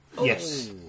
Yes